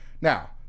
Now